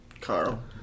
Carl